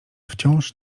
wciąż